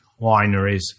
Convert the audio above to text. wineries